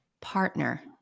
partner